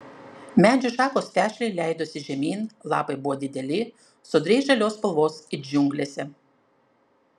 medžių šakos vešliai leidosi žemyn lapai buvo dideli sodriai žalios spalvos it džiunglėse